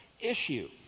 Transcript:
issue